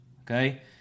okay